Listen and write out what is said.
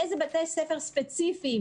באיזה בתי ספר ספציפיים,